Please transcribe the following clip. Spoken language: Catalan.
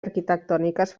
arquitectòniques